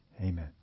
Amen